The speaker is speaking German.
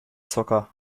zocker